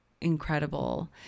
incredible